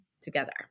together